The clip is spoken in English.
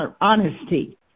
honesty